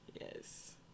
Yes